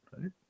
right